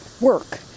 work